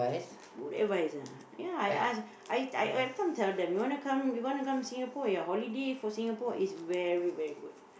good advice ah ya I ask I I every time tell them you want to come you want to come Singapore ya holiday for Singapore is very very good